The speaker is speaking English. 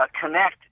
connect